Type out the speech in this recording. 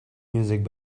music